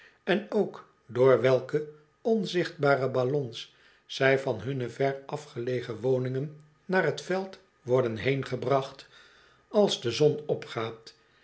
en ook door welke onzichtbare ballons zij van hunne verafgelegen woningen naar t veld worden heengebracht als de zon opgaat